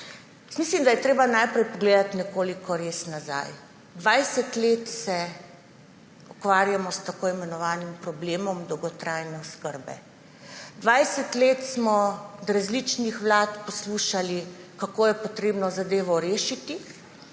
mislim, da je treba najprej pogledati nekoliko nazaj. 20 let se ukvarjamo s tako imenovanim problemom dolgotrajne oskrbe. 20 let smo od različnih vlad poslušali, kako je treba zadevo rešiti,